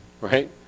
right